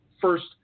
first